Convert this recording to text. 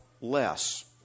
less